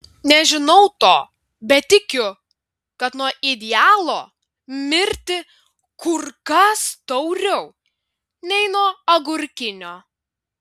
nežinau to bet tikiu kad nuo idealo mirti kur kas tauriau nei nuo agurkinio